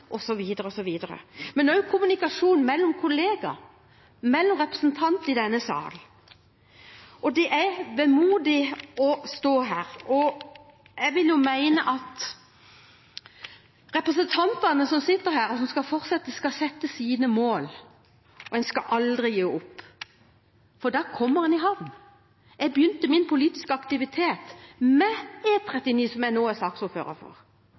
osv. – men også på kommunikasjon mellom kolleger, mellom representanter i denne salen. Det er vemodig å stå her. Jeg vil mene at representantene som sitter her, og som skal fortsette, skal sette seg mål, og en skal aldri gi opp – for da kommer en i havn. Jeg begynte min politiske aktivitet med E39, som jeg nå er saksordfører for,